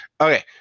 okay